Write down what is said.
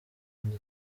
kandi